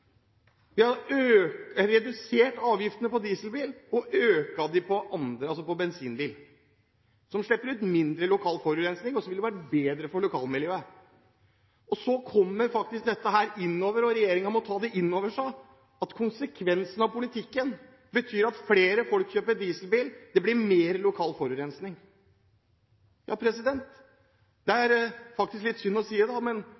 Vi har redusert avgiftene på dieselbiler og økt dem på bensinbiler, som slipper ut mindre lokal forurensing, og som ville vært bedre for lokalmiljøet. Så må regjeringen ta inn over seg at konsekvensen av politikken er at flere kjøper dieselbiler, og det blir mer lokal forurensing. Det er faktisk litt synd å si